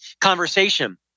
conversation